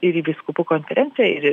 ir į vyskupų konferenciją ir